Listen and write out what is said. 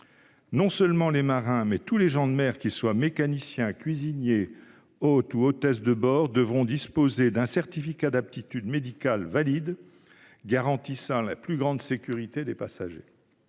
Non seulement les marins, mais aussi tous les gens de mer, qu'ils soient mécaniciens, cuisiniers, hôtes ou hôtesses de bord, devront disposer d'un certificat d'aptitude médical valide garantissant la plus grande sécurité des passagers.